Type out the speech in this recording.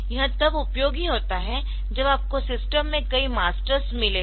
यह तब उपयोगी होता है जब आपको सिस्टम में कई मास्टर्स मिले हो